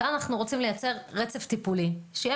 פה אנו רוצים לייצר רצף טיפולי שיהיה